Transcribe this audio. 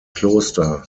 kloster